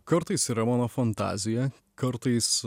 kartais yra mano fantazija kartais